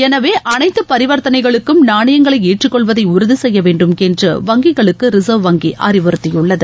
எனவே அனைத்து பரிவர்த்தனைகளுக்கும் நாணயங்களை ஏற்றுக்கொள்வதை உறுதி செய்ய வேண்டும் என்று வங்கிகளுக்கு ரிசர்வ் வங்கி அறிவுறுத்தியுள்ளது